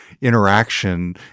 interaction